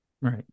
right